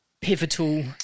pivotal